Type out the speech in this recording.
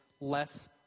less